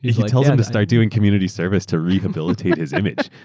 he tells him to start doing community service to rehabilitate his image.